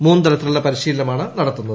മൂന്നു തലത്തിലുള്ള പരിശീലനമാണ് നടത്തുന്നത്